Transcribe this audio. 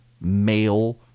male